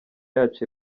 yacu